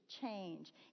change